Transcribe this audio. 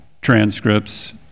transcripts